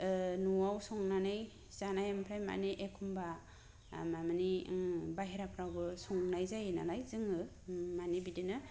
न'आव संनानै जानाय आमफ्राय मानि एखमब्ला मानि बाहेराफ्रावबो संनाय जायो नालाय जोङो मानि बिदिनो